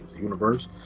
universe